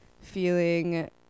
feeling